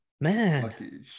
Man